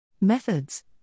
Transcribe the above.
Methods